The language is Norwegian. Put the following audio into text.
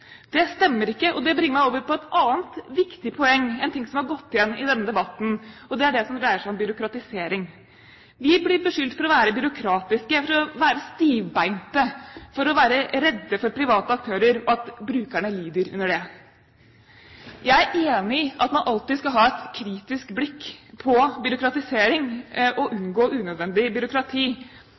Det stemmer ikke, og det bringer meg over på et annet viktig poeng som har gått igjen i denne debatten, og det er det som dreier seg om byråkratisering. Vi blir beskyldt for å være byråkratiske, for å være stivbeinte, for å være redde for private aktører, og det sies at brukerne lider under det. Jeg er enig i at man alltid skal ha et kritisk blikk på byråkratisering og unngå unødvendig byråkrati.